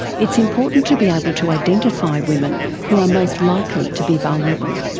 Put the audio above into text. it's important to be able to identity women who are most likely to be vulnerable.